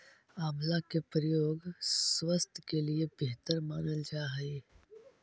आंवला के प्रयोग स्वास्थ्य के लिए बेहतर मानल जा हइ